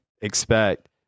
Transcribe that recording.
expect